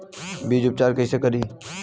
बीज उपचार कईसे करी?